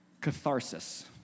Catharsis